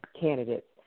candidates